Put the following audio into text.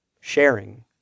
sharing